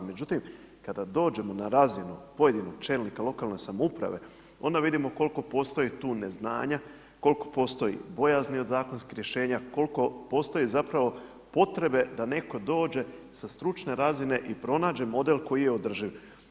Međutim, kada dođemo na razinu pojedinih čelnika lokalne samouprave onda vidimo koliko postoji tu neznanja, koliko postoji bojazni od zakonskih rješenja, koliko postoji zapravo potrebe da netko dođe sa stručne razine i pronađe model koji je održiv.